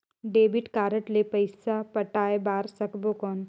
Debit card ले पइसा पटाय बार सकबो कौन?